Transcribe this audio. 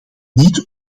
niet